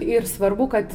ir svarbu kad